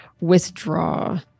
withdraw